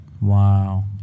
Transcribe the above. Wow